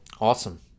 Awesome